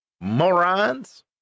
Morons